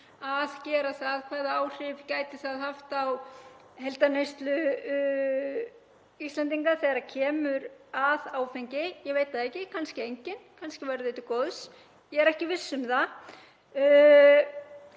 að gera það? Hvaða áhrif gæti það haft á heildarneyslu Íslendinga þegar kemur að áfengi? Ég veit það ekki, kannski engin, kannski verður það til góðs, ég er ekki viss um það.